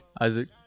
Isaac